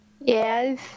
Yes